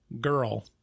girl